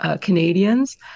canadians